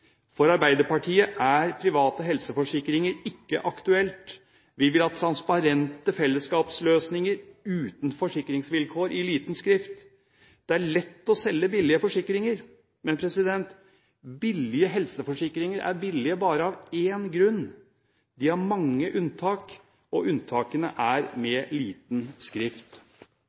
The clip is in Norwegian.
For Arbeiderpartiet er private helseforsikringer ikke aktuelt. Vi vil ha transparente fellesskapsløsninger uten forsikringsvilkår med liten skrift. Det er lett å selge billige forsikringer. Men billige helseforsikringer er billige bare av én grunn: De har mange unntak, og unntakene er med liten skrift.